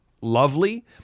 lovely